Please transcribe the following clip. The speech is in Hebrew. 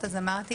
אמרתי